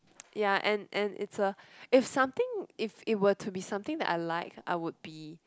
yea and and it's a if something if it were to be something that I like I would be